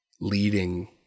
leading